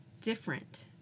different